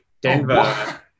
Denver